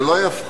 זה לא יפחית,